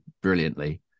brilliantly